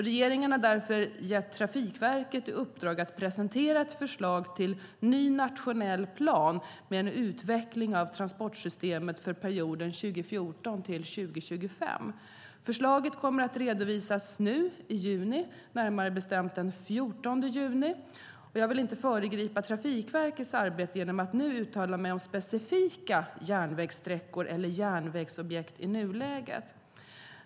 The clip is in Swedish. Regeringen har därför gett Trafikverket i uppdrag att presentera ett förslag till ny nationell plan för utveckling av transportsystemet för perioden 2014-2025. Förslaget kommer att redovisas nu i juni, närmare bestämt den 14 juni. Jag vill inte föregripa Trafikverkets arbete genom att uttala mig om specifika järnvägssträckor eller järnvägsobjekt i nuläget.